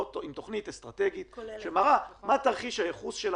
עם תוכנית אסטרטגית שמראה מהו תרחיש הייחוס שלכם.